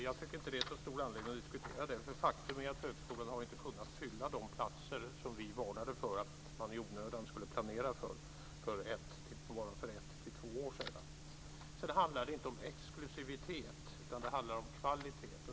Jag tycker inte att det finns så stor anledning att diskutera det, för faktum är att högskolan inte har kunnat fylla de platser som vi varnade för att man i onödan planerade för bara för ett till två år sedan. Sedan handlar det inte om exklusivitet utan det handlar om kvalitet.